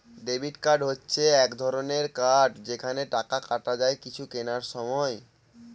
debit card হচ্ছে এক রকমের কার্ড যেখানে টাকা কাটা যায় কিছু কেনার সময়